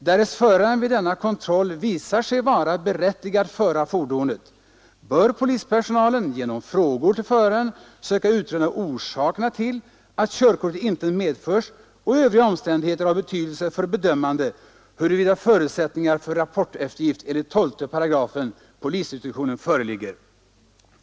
Därest föraren vid denna kontroll visar sig vara berättigad föra fordonet bör polispersonalen genom frågor till föraren söka utröna orsakerna till att körkortet inte medförs och övriga omständigheter av betydelse för bedömandet huruvida förutsättningar för rapporteftergift enligt 12 § polisinstruktionen föreligger.